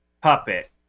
puppet